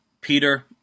Peter